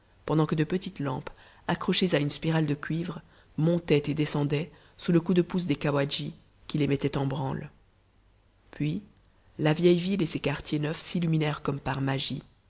pendant que de petites lampes accrochées à une spirale de cuivre montaient et descendaient sous le coup de pouce des cawadjis qui les mettaient en branle puis la vieille ville et ses quartiers neufs s'illuminèrent comme par magie